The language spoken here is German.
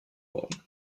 worden